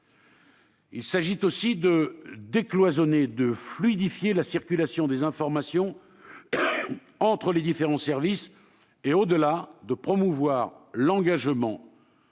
Il s'agit aussi de décloisonner, de fluidifier la circulation des informations entre les différents services et, au-delà, de promouvoir l'engagement